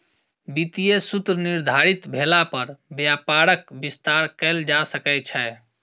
वित्तीय सूत्र निर्धारित भेला पर व्यापारक विस्तार कयल जा सकै छै